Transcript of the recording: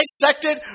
dissected